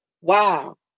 Wow